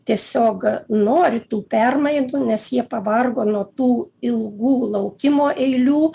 tiesiog nori tų permainų nes jie pavargo nuo tų ilgų laukimo eilių